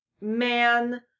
man